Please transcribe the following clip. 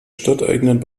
stadteigenen